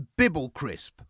Bibblecrisp